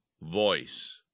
voice